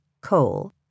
coal